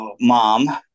mom